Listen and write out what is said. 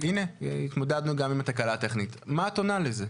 עונה לזה?